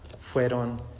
fueron